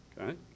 Okay